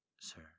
sir